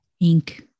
ink